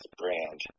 brand